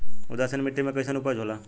उदासीन मिट्टी में कईसन उपज होला?